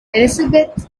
elizabeth